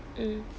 mm